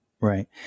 Right